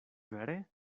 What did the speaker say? vere